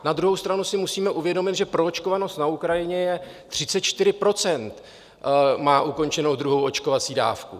Na druhou stranu si musíme uvědomit, že proočkovanost na Ukrajině je 34 % má ukončenou druhou očkovací dávku.